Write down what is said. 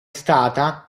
stata